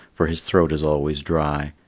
for his throat is always dry,